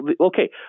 okay